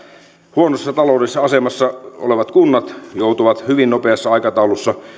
huonossa taloudellisessa asemassa olevat kunnat joutuvat hyvin nopeassa aikataulussa